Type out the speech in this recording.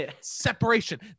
Separation